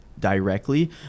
Directly